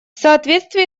соответствии